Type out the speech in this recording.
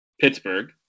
Pittsburgh